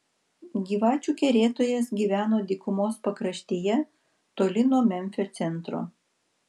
gyvačių kerėtojas gyveno dykumos pakraštyje toli nuo memfio centro